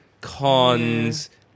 Cons